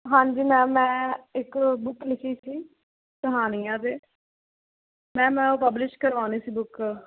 ਹਾਂਜੀ ਮੈਮ ਮੈਂ ਇੱਕ ਬੁੱਕ ਲਿਖੀ ਸੀ ਕਹਾਣੀਆਂ ਤੇ ਮੈਮ ਮੈਂ ਉਹ ਪਬਲਿਸ਼ ਕਰਵੋਣੀ ਸੀ ਬੁੱਕ